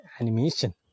animation